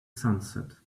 sunset